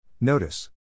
Notice